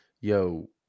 yo